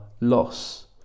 loss